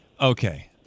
Okay